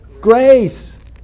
grace